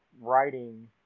writing